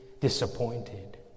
disappointed